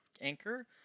Anchor